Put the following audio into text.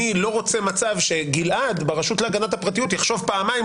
אני לא רוצה מצב שגלעד ברשות להגנת הפרטיות יחשוב פעמיים,